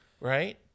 Right